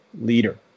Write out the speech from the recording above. leader